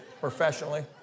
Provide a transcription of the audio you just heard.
professionally